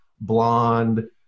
blonde